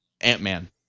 Ant-Man